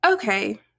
Okay